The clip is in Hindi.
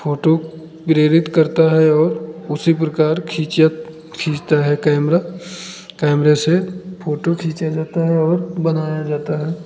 फ़ोटो प्रेरित करता है और उसी प्रकार खींचत खींचता है कैमरा कैमरे से फ़ोटो खींचा जाता है और बनाया जाता है